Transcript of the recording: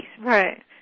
Right